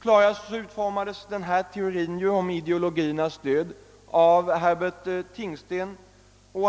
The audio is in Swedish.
Klarast utformades teorin om ideologiernas död av Herbert Tingsten.